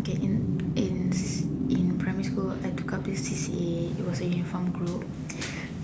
okay in in in primary I got this C_C_A it was a uniform group